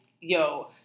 yo